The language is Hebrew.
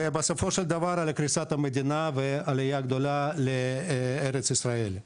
בסופו של דבר לקריסת המדינה ועלייה גדולה לארץ ישראל.